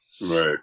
Right